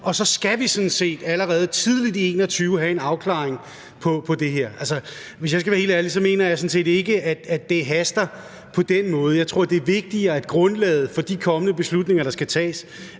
vi sådan set allerede tidligt i 2021 have en afklaring på det her. Altså, hvis jeg skal være helt ærlig, mener jeg sådan set ikke, at det haster på den måde. Jeg tror, det er vigtigere, at grundlaget for de kommende beslutninger, der skal tages,